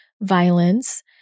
violence